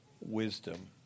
wisdom